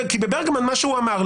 לפי השיטה הראשונה,